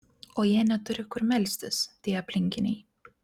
o jie neturi kur melstis tie aplinkiniai